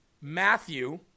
Matthew